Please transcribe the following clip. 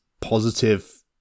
positive